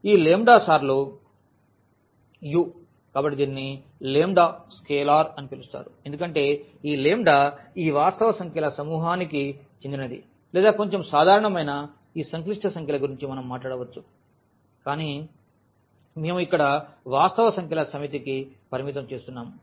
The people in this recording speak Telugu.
ఈ లాంబ్డా సార్లు U కాబట్టి దీనిని స్కేలార్ అని పిలుస్తారు ఎందుకంటే ఈ వాస్తవ సంఖ్యల సమూహానికి చెందినది లేదా కొంచెం సాధారణమైన ఈ సంక్లిష్ట సంఖ్యల గురించి మనం మాట్లాడవచ్చు కాని మేము ఇక్కడ వాస్తవ సంఖ్యల సమితికి పరిమితం చేస్తున్నాము